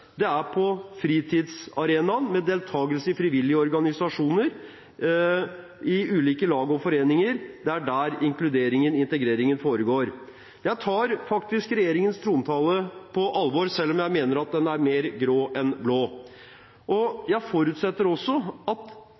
Det er på arbeidsplassene og på fritidsarenaen, med deltakelse i frivillige organisasjoner, ulike lag og foreninger, integreringen og inkluderingen foregår. Jeg tar regjeringens trontale på alvor, selv om jeg mener at den er mer grå enn blå. Jeg forutsetter også at begge regjeringspartiene står bak og er samsnakket når de sier at